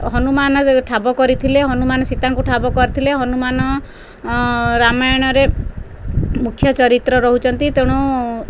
ହନୁମାନ ଠାବ କରିଥିଲେ ହନୁମାନ ସୀତାଙ୍କୁ ଠାବ କରିଥିଲେ ହନୁମାନ ରାମାୟଣରେ ମୁଖ୍ୟ ଚରିତ୍ର ରହୁଛନ୍ତି ତେଣୁ